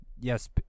yes